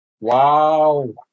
Wow